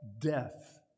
death